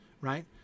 right